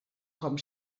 com